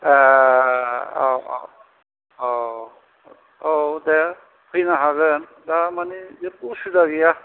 ए औ औ औ औ दे फैनो हागोन दा माने जेबबो उसुबिदा गैया